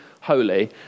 holy